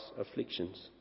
afflictions